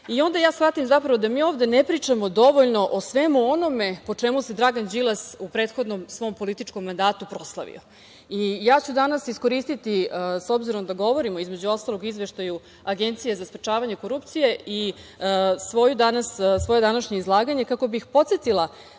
Onda ja shvatim zapravo da mi ovde ne pričamo dovoljno o svemu onome po čemu se Dragan Đilas u prethodnom svom političkom mandatu proslavio i ja ću danas iskoristiti, s obzirom da govorimo, između ostalog o izveštaju Agencije za sprečavanje korupcije, i svoje današnje izlaganje kako bih podsetila